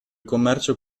commercio